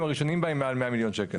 הראשונים בהם הם מעל 100 מיליון שקל.